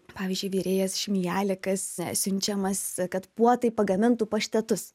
pavyzdžiui virėjas šmijalikas siunčiamas kad puotai pagamintų paštetus